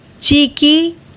cheeky